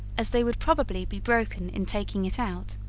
as they would probably be broken in taking it out.